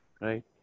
right